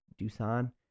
Dusan